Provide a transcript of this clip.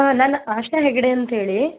ಹಾಂ ನಾನು ಆಶಾ ಹೆಗ್ಡೆ ಅಂತ ಹೇಳಿ